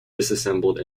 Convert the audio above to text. disassembled